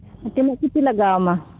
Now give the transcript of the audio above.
ᱛᱤᱱᱟᱹᱜ ᱠᱚᱯᱤ ᱞᱟᱜᱟᱣᱟᱢᱟ